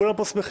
כולם פה שמחים.